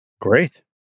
Great